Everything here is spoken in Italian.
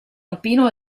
alpino